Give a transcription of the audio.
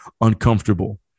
uncomfortable